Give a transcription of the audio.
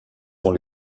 dans